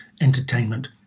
entertainment